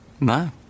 No